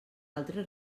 altre